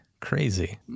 crazy